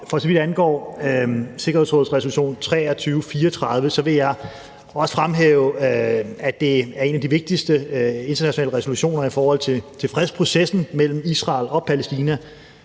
For så vidt angår sikkerhedsrådets resolution 2334, vil jeg også fremhæve, at det er en af de vigtigste internationale resolutioner i forhold til fredsprocessen mellem Israel og Palæstina,